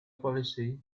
policy